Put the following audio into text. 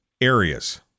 areas